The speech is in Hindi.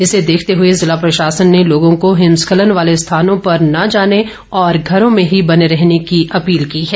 इसे देखते हुए जिला प्रशासन ने लोगों को हिमस्खलन वाले स्थानों पर न जाने और घरों में ही बने रहने की अपील की है